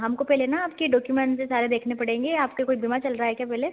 हमको पहले ना आपके डोक्युमेंट्स सारे देखने पड़ेंगे आपके कोई बीमा चल रहा है क्या पहले